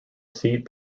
seat